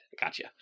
gotcha